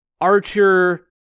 archer